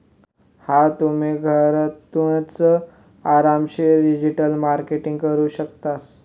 हा तुम्ही, घरथूनच आरामशीर डिजिटल मार्केटिंग करू शकतस